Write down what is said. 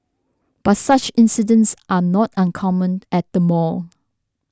but such incidents are not uncommon at the mall